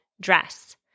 dress